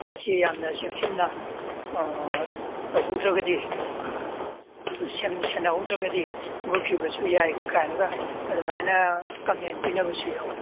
ꯃꯁꯤ ꯌꯥꯝꯅ ꯆꯦꯛꯁꯤꯟꯅ ꯇꯧꯍꯧꯗ꯭ꯔꯒꯗꯤ ꯁꯦꯟꯅꯍꯧꯗ꯭ꯔꯒꯗꯤ ꯃꯨꯠꯈꯤꯕꯁꯨ ꯌꯥꯏ ꯀꯥꯏꯅꯒ ꯑꯗꯨꯃꯥꯏꯅ ꯀꯃꯦꯟ ꯄꯤꯅꯕꯁꯨ ꯌꯥꯎꯏ